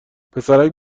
پسرک